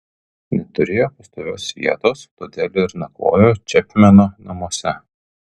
neturėjo pastovios vietos todėl ir nakvojo čepmeno namuose